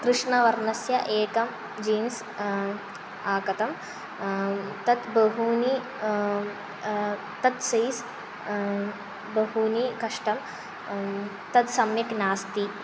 कृष्णवर्णस्य एकं जीन्स् आगतम् तत् बहूनि तत् सैज़् बहूनि कष्टं तत् सम्यक् नास्ति